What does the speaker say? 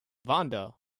vonda